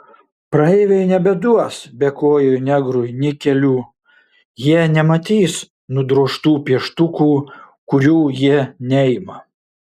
praeiviai nebeduos bekojui negrui nikelių jie nematys nudrožtų pieštukų kurių jie neima